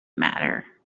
matter